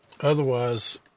Otherwise